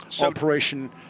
operation